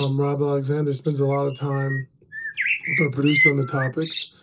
um rob alexander, spends a lot of time with our producer on the topics.